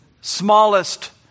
smallest